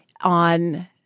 On